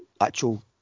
actual